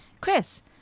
Chris